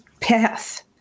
path